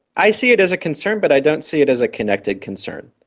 i see it as a concern but i don't see it as a connected concern.